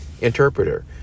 Interpreter